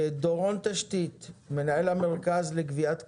דורון תשתית, מנהל המרכז לגביית קנסות,